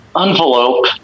envelope